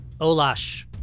Olash